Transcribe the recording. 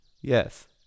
yes